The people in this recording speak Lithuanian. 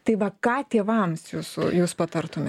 tai va ką tėvams jūs jūs patartumėt